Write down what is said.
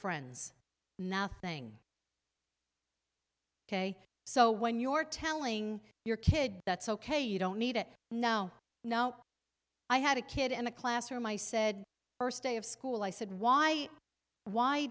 friends nothing ok so when you're telling your kid that's ok you don't need it now now i had a kid in a classroom i said first day of school i said why why